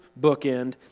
bookend